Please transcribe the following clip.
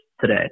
today